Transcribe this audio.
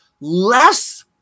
less